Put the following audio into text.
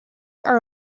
are